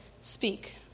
Speak